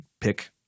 pick